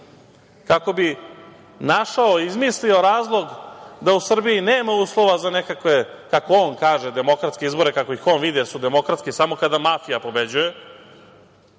kako bi našao, izmislio razlog da u Srbiji nema uslova za nekakve, kako on kaže, demokratske izbore, kako ih on vidi jer su demokratski samo kada mafija pobeđuje,